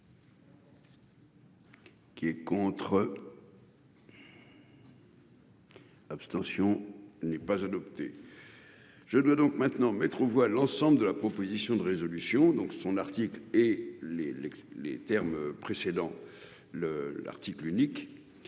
Qui est contre. Abstention n'est pas adopté. Je dois donc maintenant mettre aux voix l'ensemble de la proposition de résolution donc son article et les les les termes précédent le l'article unique